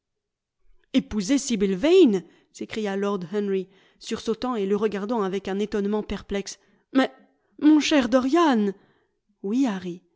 sibyl vane s'écria lord henry sursautant et le regardant avec un étonnement perplexe mais mon cher dorian